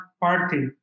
party